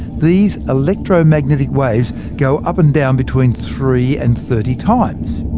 these electromagnetic waves go up and down between three and thirty times.